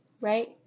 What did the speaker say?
right